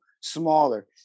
smaller